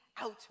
out